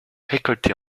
récolter